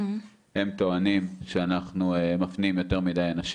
הם טוענים שאנחנו מפנים יותר מדי אנשים.